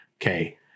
Okay